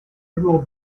will